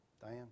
Diane